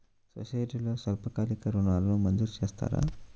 సొసైటీలో స్వల్పకాలిక ఋణాలు మంజూరు చేస్తారా?